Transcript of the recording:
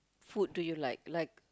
food do you like like